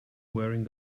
wearing